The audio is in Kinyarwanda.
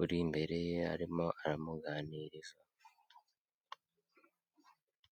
uri imbere ye, arimo aramuganiriza.